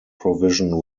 provision